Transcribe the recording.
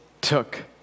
took